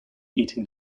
eating